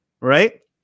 right